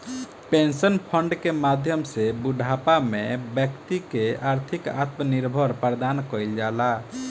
pension fund के माध्यम से बूढ़ापा में बैक्ति के आर्थिक आत्मनिर्भर प्रदान कईल जाला